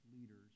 leaders